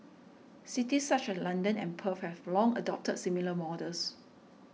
cities such as London and Perth have long adopted similar models